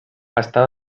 està